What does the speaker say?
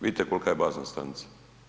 Vidite kolika je bazna stanica.